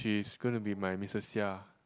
she's gonna be my Misses Seah